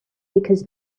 because